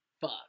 fuck